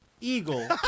eagle